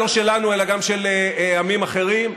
לא שלנו אלא גם של עמים אחרים.